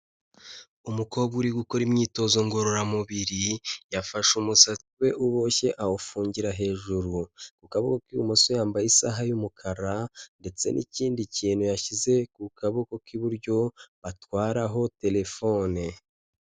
Umukobwa uri gukora imyitozo ngororamubiri, yafashe umusatsi we uboshye awufungira hejuru, ku kaboko k'ibumoso yambaye isaha y'umukara ndetse n'ikindi kintu yashyize ku kaboko k'iburyo, batwaraho telefone.